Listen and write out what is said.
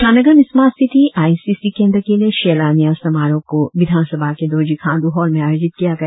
ईटानगर में smart city I C C केंद्र के लिए शिलान्यास समारोह को विधान सभा के दोरजी खांडू हॉल में आयोजित किया गया